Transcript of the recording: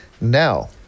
now